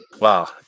Wow